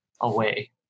away